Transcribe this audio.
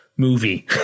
Movie